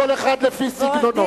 כל כאחד לפי סגנונו.